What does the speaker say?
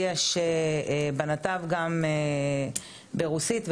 יש בנתב גם ברוסית,